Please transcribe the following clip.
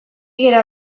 gera